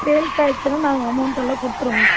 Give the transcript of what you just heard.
sales ஆய்ச்சுன்னா நாங்கள்அமௌண்ட்டெல்லாம் கொடுத்துருவோங்க